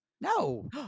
No